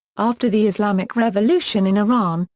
after the islamic revolution in iran,